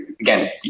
again